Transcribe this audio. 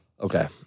Okay